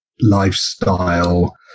lifestyle